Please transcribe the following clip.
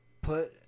put